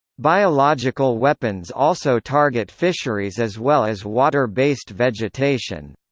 biological weapons also target fisheries as well as water-based vegetation.